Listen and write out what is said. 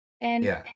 and-